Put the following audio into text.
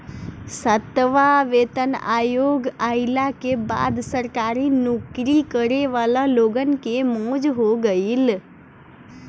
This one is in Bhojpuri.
सातवां वेतन आयोग आईला के बाद सरकारी नोकरी करे वाला लोगन के मौज हो गईल